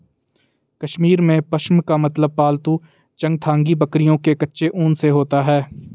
कश्मीर में, पश्म का मतलब पालतू चंगथांगी बकरियों के कच्चे ऊन से होता है